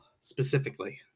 specifically